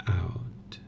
out